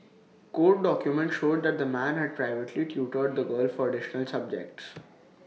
court documents showed that the man had privately tutored the girl for additional subjects